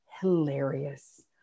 hilarious